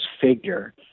figure